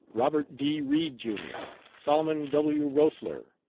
robert d. read, jr, solomon w. roessler,